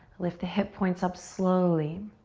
lift the hip points up slowly.